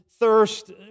Thirst